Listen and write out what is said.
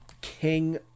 King